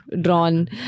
drawn